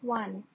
one